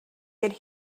could